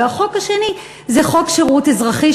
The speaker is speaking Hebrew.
והחוק השני זה חוק שירות אזרחי,